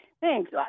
Thanks